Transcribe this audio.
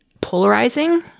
polarizing